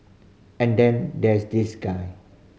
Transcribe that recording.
and then there's this guy